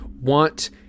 want